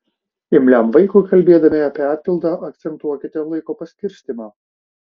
imliam vaikui kalbėdami apie atpildą akcentuokite laiko paskirstymą